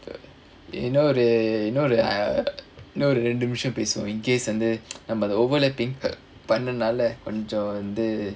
இன்னொரு இன்னொரு:innoru innoru ah இன்னொரு ரெண்டு நிமிஷம் பேசுவோம்:innoru rendu nimisham paesuvom in case overlapping பண்ணனால கொஞ்ச வந்து:pannanaala konja vanthu